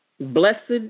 Blessed